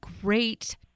great